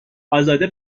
ازاده